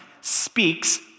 speaks